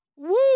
Woo